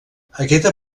aquesta